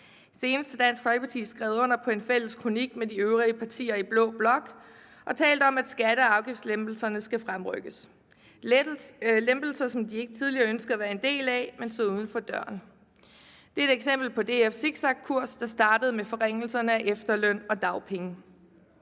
Senest har Dansk Folkeparti skrevet under på en fælles kronik med de øvrige partier i blå blok og talt om, at skatte- og afgiftslempelserne skal fremrykkes. Det er lempelser, som de ikke tidligere ønskede at være en del af, men hvor de stod uden for døren. Det er et eksempel på DF's zigzagkurs, der startede med forringelserne af efterlønnen og dagpengene.